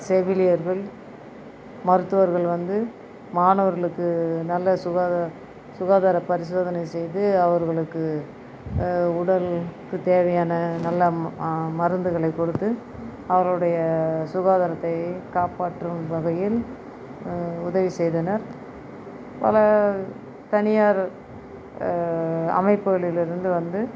செவிலியர்கள் மருத்துவர்கள் வந்து மாணவர்களுக்கு நல்ல சுகாதார சுகாதார பரிசோதனை செய்து அவர்களுக்கு உடலுக்கு தேவையான நல்ல ம மருந்துகளை கொடுத்து அவருடைய சுகாதாரத்தை காப்பாற்றும் வகையில் உதவி செய்தனர் பல பணியாளர் அமைப்புகளில் இருந்து வந்து